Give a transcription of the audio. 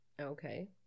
Okay